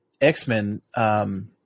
X-Men